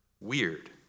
weird